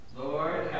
Lord